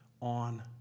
on